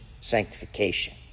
sanctification